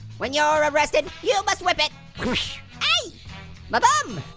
when you're arrested, you must whip it ey! my bum!